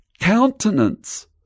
countenance